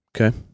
okay